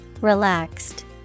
relaxed